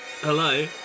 Hello